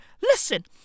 listen